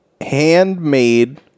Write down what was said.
Handmade